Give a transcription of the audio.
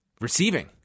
receiving